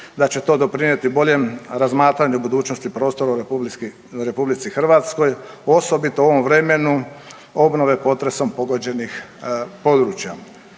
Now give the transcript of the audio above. da će to doprinijeti boljem razmatranju budućnosti prostora u RH osobito u ovom vremenu obnove potresom pogođenih područja.